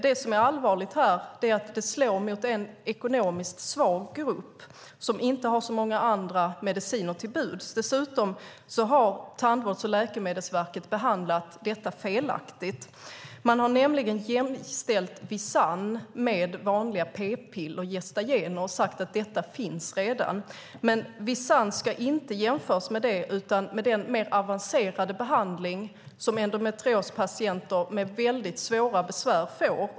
Det som är allvarligt är att det slår mot en ekonomiskt svag grupp som inte har så många andra mediciner som står till buds. Dessutom har Tandvårds och läkemedelsförmånsverket behandlat detta felaktigt. Man har nämligen jämställt Visanne med vanliga p-piller, gestagener, och sagt att detta redan finns. Men Visanne ska inte jämföras med det utan med den mer avancerade behandling som endometriospatienter med väldigt svåra besvär får.